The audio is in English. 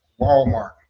Walmart